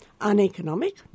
uneconomic